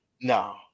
No